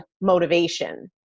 motivation